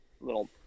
little